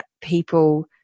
people